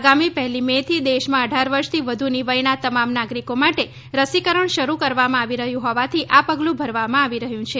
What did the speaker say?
આગામી પહેલી મે થી દેશમાં અઠાર વર્ષથી વધુનીં વયનાં તમામ નાગરીકો માટે રસીકરણ શરૂ કરવામાં આવી રહ્યું હોવાથી આ પગલું ભરવામાં આવી રહ્યું છે